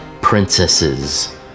princesses